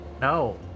No